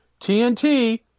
TNT